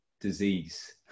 disease